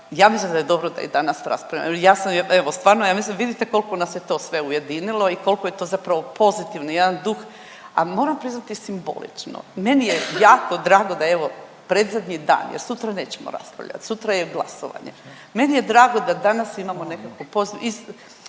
ja mislim da je dobro da je danas raspravljeno. Ja sam evo stvarno ja mislim vidite koliko nas je to sve ujedinilo i koliko je to zapravo pozitivno, jedan duh, a moram priznat i simbolično. Meni je jako drago da evo predzadnji dan, jer sutra nećemo raspravljat, sutra je glasovanje. Meni je drago da danas imamo nekako pozitivno,